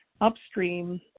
upstream